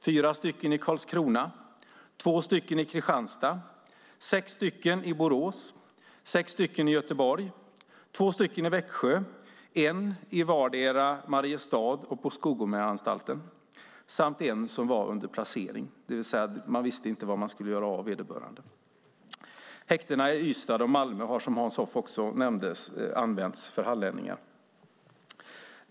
Det fanns fyra i Karlskrona, två i Kristianstad, sex i Borås, sex i Göteborg, två i Växjö, en i vardera Mariestad och på Skogomeanstalten samt en som var under placering, det vill säga att man inte visste var man skulle göra av vederbörande. Häktena i Ystad och Malmö har, som Hans Hoff nämnde, också använts för hallänningar.